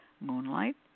moonlight